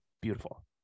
Beautiful